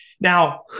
Now